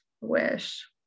wish